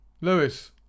Lewis